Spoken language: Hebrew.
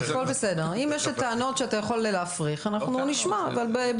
הכל בסדר ואם ישנן אי אילו טענות שאתה יכול להפריך אז אנחנו נשמע בכבוד,